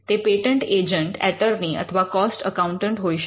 તે patent agent attorney અથવા cost accountant હોઈ શકે